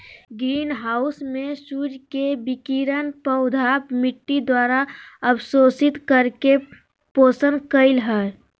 green house में सूर्य के विकिरण पौधा मिट्टी द्वारा अवशोषित करके पोषण करई हई